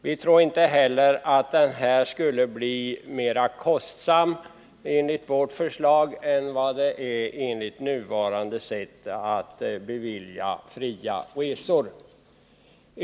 Vi tror inte heller att vårt förslag skulle bli mera kostsamt än nuvarande system att bevilja fria resor.